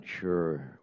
sure